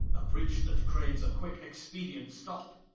a breach that craues a quick expedient stoppe.